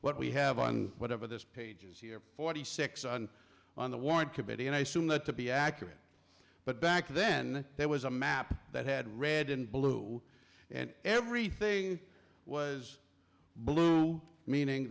what we have on whatever this page is year forty six on on the warrant committee and i assume that to be accurate but back then there was a map that had red and blue and everything was blue meaning